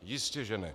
Jistěže ne.